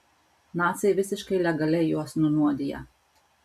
naciai visiškai legaliai juos nunuodija